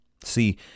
See